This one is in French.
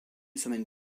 semaine